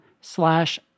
slash